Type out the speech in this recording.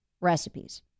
recipes